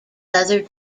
leather